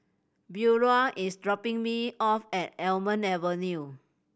Beaulah is dropping me off at Almond Avenue